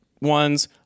ones